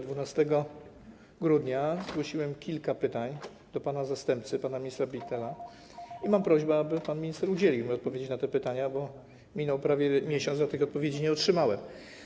12 grudnia zgłosiłem kilka pytań do pana zastępcy, pana ministra Bittela, i mam prośbę, aby pan minister udzielił mi odpowiedzi na te pytania, bo minął prawie miesiąc, a tych odpowiedzi nie otrzymałem.